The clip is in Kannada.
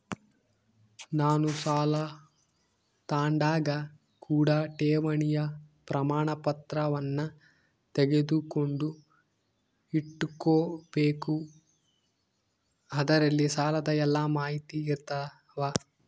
ನಾವು ಸಾಲ ತಾಂಡಾಗ ಕೂಡ ಠೇವಣಿಯ ಪ್ರಮಾಣಪತ್ರವನ್ನ ತೆಗೆದುಕೊಂಡು ಇಟ್ಟುಕೊಬೆಕು ಅದರಲ್ಲಿ ಸಾಲದ ಎಲ್ಲ ಮಾಹಿತಿಯಿರ್ತವ